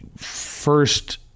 first